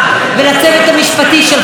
ולצוות המשפטי שלך.